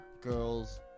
girls